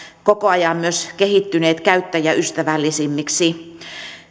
koko ajan myös kehittyneet käyttäjäystävällisemmiksi